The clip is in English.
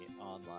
online